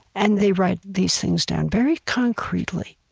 and they write these things down very concretely.